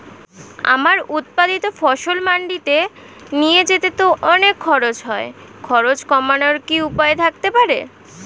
আমার উৎপাদিত ফসল মান্ডিতে নিয়ে যেতে তো অনেক খরচ হয় খরচ কমানোর কি উপায় থাকতে পারে?